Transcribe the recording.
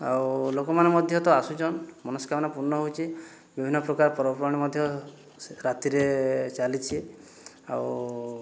ଆଉ ଲୋକମାନେ ମଧ୍ୟ ତ ଆସୁଚନ୍ ମନସ୍କାମନା ପୂର୍ଣ୍ଣ ହଉଛି ବିଭିନ୍ନ ପ୍ରକାର ପର୍ବ ପର୍ବାଣି ମଧ୍ୟ ସେ ରାତିରେ ଚାଲିଛି ଆଉ